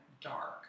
dark